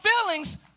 feelings